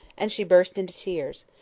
and she burst into tears.